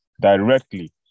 directly